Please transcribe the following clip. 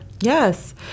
Yes